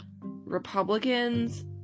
Republicans